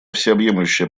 всеобъемлющая